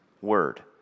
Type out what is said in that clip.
word